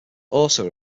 also